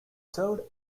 served